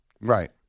Right